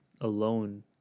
alone